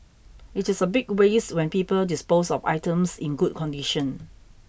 it is a big waste when people dispose of items in good condition